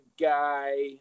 guy